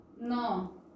No